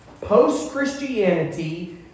Post-Christianity